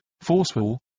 forceful